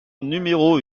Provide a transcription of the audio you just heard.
numéro